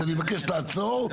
אז אני מבקש לעצור,